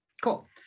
Cool